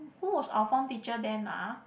who was our form teacher then ah